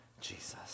Jesus